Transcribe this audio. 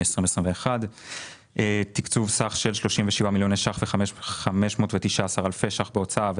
2021. תקצוב סך של 37,519 אלפי שקלים בהוצאה,